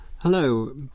Hello